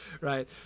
right